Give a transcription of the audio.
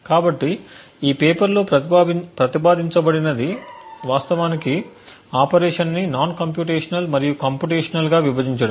కాబట్టి ఈ పేపర్ లో ప్రతిపాదించబడినది వాస్తవానికి ఆపరేషన్స్ని నాన్ కంప్యూటేషనల్ మరియు కంప్యూటేషనల్ గా విభజించడం